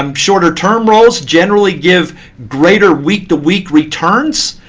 um shorter term rolls generally give greater week to week returns,